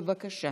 בבקשה,